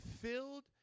filled